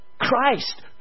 Christ